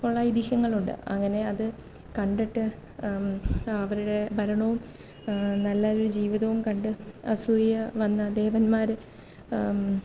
ഉള്ള ഐതിഹ്യങ്ങളുണ്ട് അങ്ങനെ അത് കണ്ടിട്ട് അവരുടെ ഭരണവും നല്ലൊരു ജീവിതവും കണ്ട് അസൂയ വന്ന ദേവന്മാര്